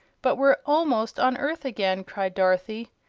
but we're almost on earth again, cried dorothy,